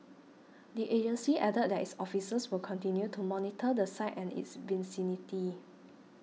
the agency added that its officers will continue to monitor the site and its vicinity